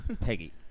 Peggy